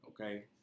Okay